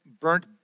burnt